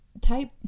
Type